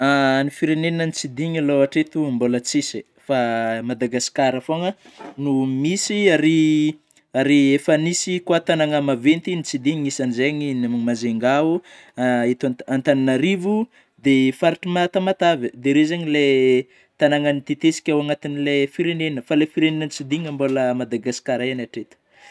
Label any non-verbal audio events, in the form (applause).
(hesitation) Ny firenena notsidihana alôha hatreto mbôla tsisy fa Madagascar fôagna (noise) no misy ary, efa nisy koa tagnana maventy notsidihiny anisany zeigny ny ao Majunga (hesitation) eto ant-Antananarivo ,de faritry ma-Tamatave ,de reo zegny le tagnana noteteziko ao agnatin'ilay firenena; fa le firenena notsidihana mbola Madagascar ihany hatreto. (noise)